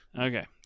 Okay